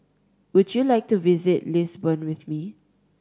would you like to visit Lisbon with me